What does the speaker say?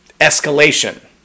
escalation